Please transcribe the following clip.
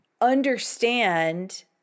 understand